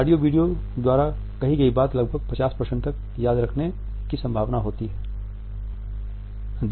audio video द्वारा कही गई बात का लगभग 50 तक याद रखने की संभावना होती हैं